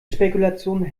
spekulationen